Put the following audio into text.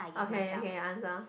okay okay answer